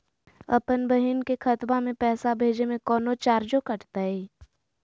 अपन बहिन के खतवा में पैसा भेजे में कौनो चार्जो कटतई?